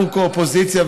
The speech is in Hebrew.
אנחנו כאופוזיציה,